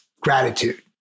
gratitude